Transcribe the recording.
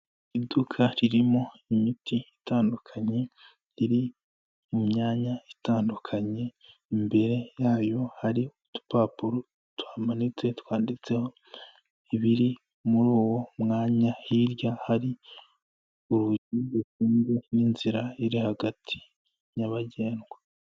Iduka ririmo imiti itandukanye riri mu myanya itandukanye, imbere yayo hari udupapuro tuhamanitse twanditseho ibiri muri uwo mwanya, hirya hari ibintu by'ubukungu n'inzira iri hagati nyabagendwa.